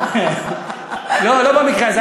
לא במקרה הזה.